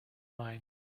mine